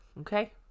okay